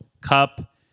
cup